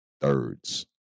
thirds